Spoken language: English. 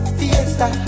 fiesta